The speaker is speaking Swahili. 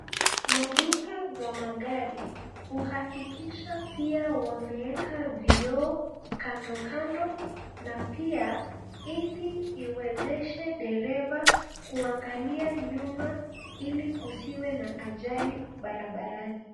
Maduka za magari huhakikisha pia wameeka vioo kando kando na pia ili iwezeshe dereva kuangalia nyuma ili kusiwe na ajali barabarani.